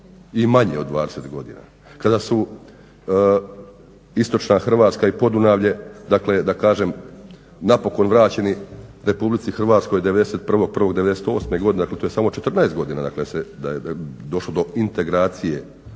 i manje od 20 godina, kada su istočna Hrvatske i Podunavlje napokon vraćeni Republici Hrvatskoj 1.1.'98. godine, dakle to je samo 14 godina da je došlo do integracije